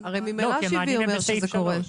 כי ב-(2)